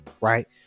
Right